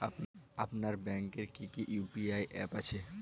আপনার ব্যাংকের কি কি ইউ.পি.আই অ্যাপ আছে?